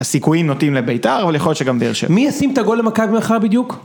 הסיכויים נוטים לבית״ר, אבל יכול להיות שגם דרשת. מי ישים את הגול למכבי מחר בדיוק?